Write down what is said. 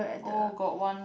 oh got one